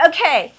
Okay